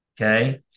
Okay